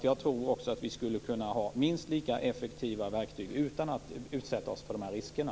Jag tror att vi skulle kunna ha minst lika effektiva verktyg utan att utsätta oss för de här riskerna.